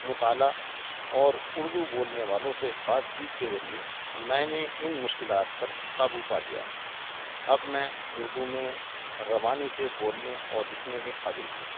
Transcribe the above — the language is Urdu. مطالعہ اور اردو بولنے والوں سے بات چیت کے ذریعے میں نے ان مشکلات پر قابو پا لیا اب میں اردو میں روانی سے بولنے اور لکھنے کے قابل ہوں